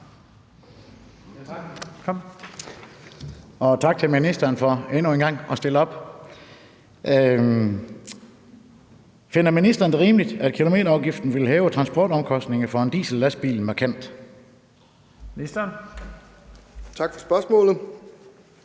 Tak for spørgsmålet.